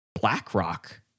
blackrock